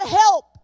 help